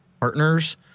partners